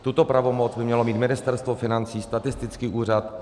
Tuto pravomoc by mělo mít Ministerstvo financí, statistický úřad.